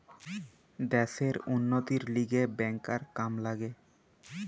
দ্যাশের উন্নতির লিগে ব্যাংকার কাম লাগে